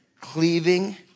cleaving